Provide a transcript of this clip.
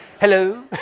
Hello